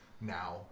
now